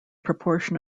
proportion